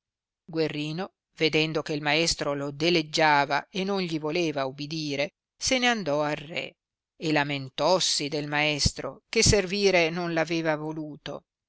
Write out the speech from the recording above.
guerrino vedendo che il maestro lo deleggiava e non gli voleva ubidire se ne andò al re e lamenlossi del maestro che servire non l aveva voluto